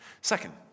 Second